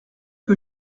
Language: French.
que